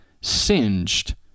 singed